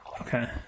Okay